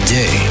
day